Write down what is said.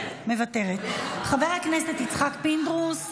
חבר הכנסת יצחק פינדרוס,